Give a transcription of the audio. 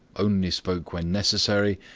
only spoke when necessary,